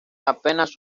apenas